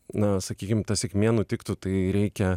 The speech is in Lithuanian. na sakykim ta sėkmė nutiktų tai reikia